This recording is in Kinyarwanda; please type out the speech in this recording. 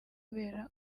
kubera